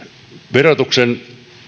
verotuksen